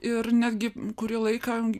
ir netgi kurį laiką